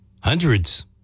Hundreds